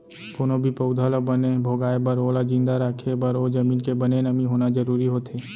कोनो भी पउधा ल बने भोगाय बर ओला जिंदा राखे बर ओ जमीन के बने नमी होना जरूरी होथे